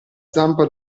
zampa